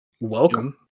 Welcome